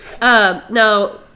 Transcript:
Now